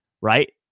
right